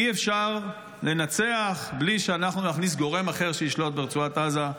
אי-אפשר לנצח בלי שאנחנו נכניס גורם אחר שישלוט ברצועת עזה.